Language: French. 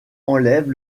enlève